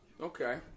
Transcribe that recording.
Okay